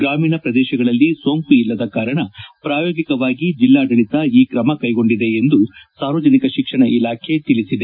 ಗ್ರಾಮೀಣ ಪ್ರದೇಶಗಳಲ್ಲಿ ಸೋಂಕು ಇಲ್ಲದ ಕಾರಣ ಪ್ರಾಯೋಗಿಕವಾಗಿ ಜಿಲ್ಲಾಡಳಿತ ಈ ಕ್ರಮ ಕೈಗೊಂಡಿದೆ ಎಂದು ಸಾರ್ವಜನಿಕ ಶಿಕ್ಷಣ ಇಲಾಖೆ ತಿಳಿಸಿದೆ